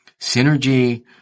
Synergy